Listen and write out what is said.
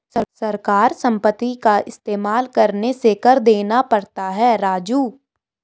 सरकारी संपत्ति का इस्तेमाल करने से कर देना पड़ता है राजू